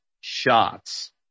shots